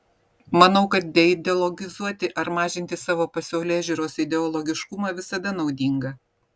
manau kad deideologizuoti ar mažinti savo pasaulėžiūros ideologiškumą visada naudinga